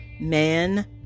man